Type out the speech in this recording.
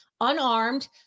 Unarmed